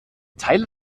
teile